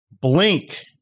Blink